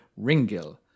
Ringgill